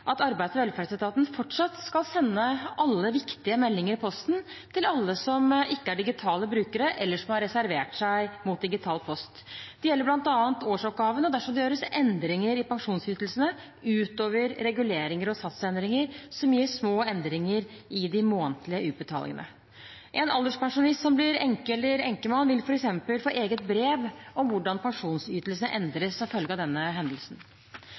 at Arbeids- og velferdsetaten fortsatt skal sende alle viktige meldinger i posten til alle som ikke er digitale brukere eller som har reservert seg mot digital post. Det gjelder bl.a. årsoppgaven og dersom det gjøres endringer i pensjonsytelsene utover reguleringer og satsendringer som gir små endringer i de månedlige utbetalingene. En alderspensjonist som blir enke eller enkemann vil f.eks. få eget brev om hvordan pensjonsytelsene endres som følge av denne hendelsen.